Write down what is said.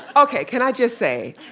ok. can i just say,